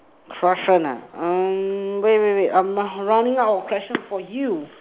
crush one ah wait wait wait I'm running out of questions for you